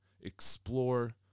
Explore